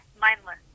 mindless